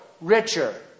richer